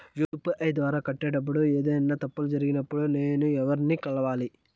UPI ద్వారా కట్టేటప్పుడు ఏదైనా తప్పులు జరిగినప్పుడు నేను ఎవర్ని కలవాలి?